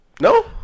No